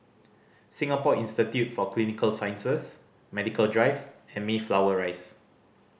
Singapore Institute for Clinical Sciences Medical Drive and Mayflower Rise